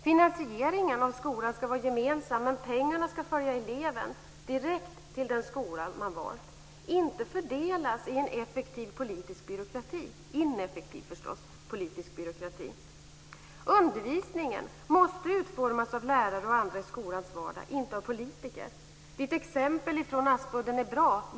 Finansieringen av skolan ska vara gemensam, men pengarna ska följa eleven direkt till den skola man har valt, inte fördelas av en ineffektiv politisk byråkrati. Undervisningen måste utformas av lärare och andra i skolans vardag, inte av politiker. Skolministerns exempel från Aspudden är bra.